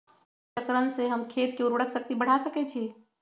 फसल चक्रण से हम खेत के उर्वरक शक्ति बढ़ा सकैछि?